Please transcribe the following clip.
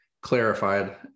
clarified